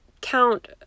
count